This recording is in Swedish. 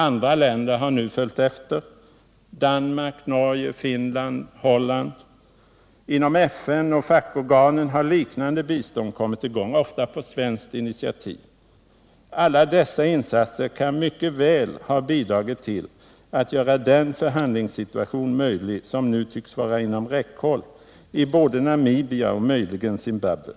Andra länder har nu följt efter — Danmark, Norge, Finland och Holland. Inom FN och dess fackorgan har liknande bistånd kommit i gång — ofta på svenskt initiativ. Alla dessa insatser kan mycket väl ha bidragit till att göra den förhandlingssituation möjlig som nu tycks vara inom räckhåll i Namibia och möjligen i Zimbabwe.